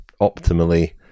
optimally